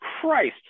Christ